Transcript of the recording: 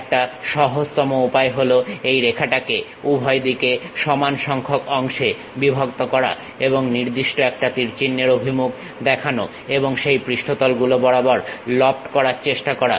একটা সহজতম উপায় হলো এই রেখাটাকে উভয় দিকে সমান সংখ্যক অংশে বিভক্ত করা এবং নির্দিষ্ট একটা তীর চিহ্নের অভিমুখ দেখানো এবং সেই পৃষ্ঠতল গুলো বরাবর লফট করার চেষ্টা করা